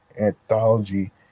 anthology